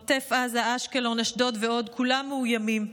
עוטף עזה, אשקלון, אשדוד ועוד, כולן מאוימות.